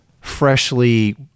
freshly